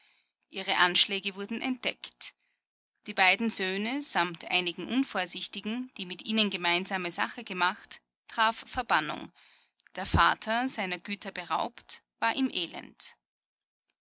ihre anschläge wurden entdeckt die beiden söhne samt einigen unvorsichtigen die mit ihnen gemeinsame sache gemacht traf verbannung der vater seiner güter beraubt war im elend